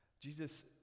Jesus